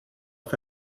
auf